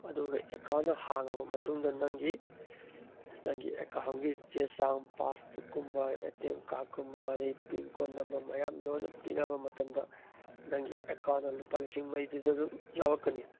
ꯑꯗꯨꯒ ꯑꯦꯛꯀꯥꯎꯟꯗꯣ ꯍꯥꯡꯉꯕ ꯃꯇꯨꯡꯗ ꯅꯪꯒꯤ ꯅꯪꯒꯤ ꯑꯦꯛꯀꯥꯎꯟꯒꯤ ꯆꯦꯆꯥꯡ ꯄꯥꯁꯕꯨꯛꯒꯨꯝꯕ ꯑꯦ ꯇꯦꯝꯀꯥꯔꯠꯀꯨꯝꯕ ꯑꯗꯒꯤ ꯄꯤꯟꯀꯣꯠ ꯅꯝꯕꯔ ꯃꯌꯥꯝ ꯂꯣꯏꯅ ꯄꯤꯔꯛꯑꯕ ꯃꯇꯝꯗ ꯅꯪꯒꯤ ꯑꯦꯛꯀꯥꯎꯟꯗ ꯂꯨꯄꯥ ꯂꯤꯁꯤꯡ ꯃꯔꯤꯗꯣ ꯑꯗꯨꯝ ꯌꯥꯎꯔꯛꯀꯅꯤ